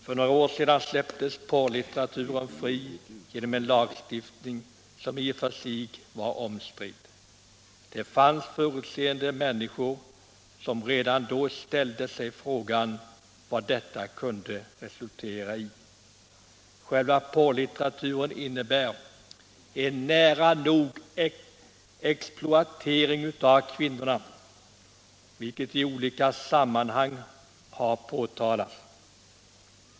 För några år sedan släpptes porrlitteraturen fri genom en lagstiftning som i och för sig var omstridd. Det fanns förutseende människor som redan då ställde sig frågan vad detta kunde resultera i. Själva porrlitteraturen innebär en nära nog total exploatering av kvinnor, vilket i olika sammanhang påtalats.